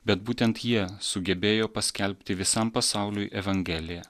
bet būtent jie sugebėjo paskelbti visam pasauliui evangeliją